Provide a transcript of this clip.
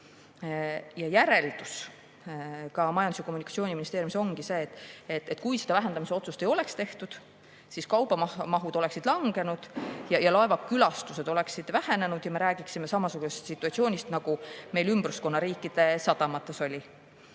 toimetulek. Majandus- ja Kommunikatsiooniministeeriumi järeldus ongi see, et kui tasu vähendamise otsust ei oleks tehtud, siis kaubamahud oleksid langenud ja laevakülastuste [arv] oleks vähenenud ja me räägiksime samasugusest situatsioonist, nagu oli meie ümbruskonna riikide sadamates.